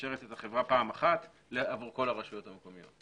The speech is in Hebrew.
שמאשרת את החברה פעם אחת עבור כל הרשויות המקומיות.